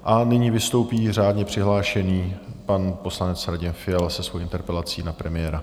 A nyní vystoupí řádně přihlášený pan poslanec Radim Fiala se svou interpelací na premiéra.